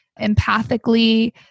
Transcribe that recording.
empathically